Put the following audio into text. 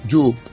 Job